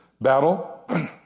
battle